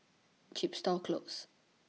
Chepstow Close